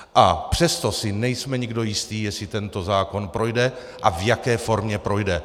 A přesto si nejsme nikdo jistí, jestli tento zákon projde a v jaké formě projde.